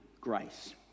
grace